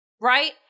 right